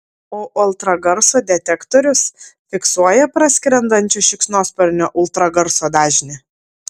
o ultragarso detektorius fiksuoja praskrendančio šikšnosparnio ultragarso dažnį